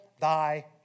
thy